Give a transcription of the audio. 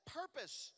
purpose